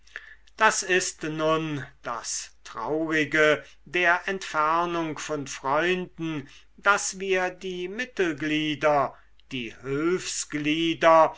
das ist nun das traurige der entfernung von freunden daß wir die mittelglieder die